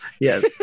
yes